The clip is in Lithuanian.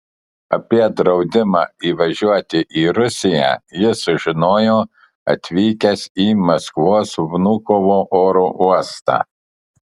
apie draudimą įvažiuoti į rusiją jis sužinojo atvykęs į maskvos vnukovo oro uostą